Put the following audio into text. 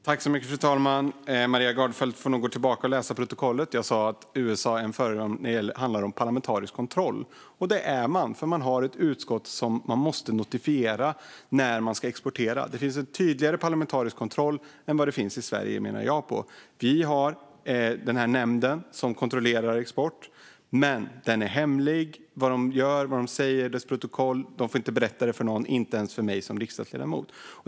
Fru talman! Maria Gardfjell får gå tillbaka och läsa protokollet. Jag sa att USA är ett föredöme när det handlar om parlamentarisk kontroll. Det är de. USA har ett utskott som måste notifieras när de ska exportera. De har en tydligare parlamentarisk kontroll än Sverige, menar jag. Vi har en nämnd som kontrollerar export, men den är hemlig. De får inte berätta vad de gör, vad de säger eller vad som står i deras protokoll, inte ens för mig som är riksdagsledamot.